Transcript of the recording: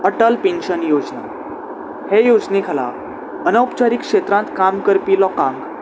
Atal pension Yojana हे योजने खाला अनवपचारीक क्षेत्रांत काम करपी लोकांक